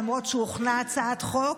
למרות שהוכנה הצעת חוק,